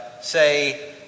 say